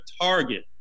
target